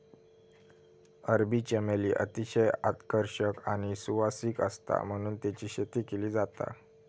अरबी चमेली अतिशय आकर्षक आणि सुवासिक आसता म्हणून तेची शेती केली जाता